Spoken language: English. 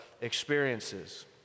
experiences